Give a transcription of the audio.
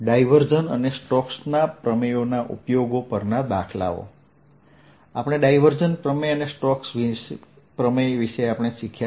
divergence અને સ્ટોક્સના પ્રમેયોના ઉપયોગો પરના દાખલાઓ આપણે ડાયવર્જન પ્રમેય અને સ્ટોક્સ પ્રમેય વિશે શીખ્યા